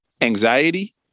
anxiety